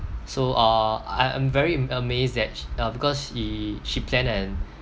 so uh I I'm very um amazed that uh because she she plan and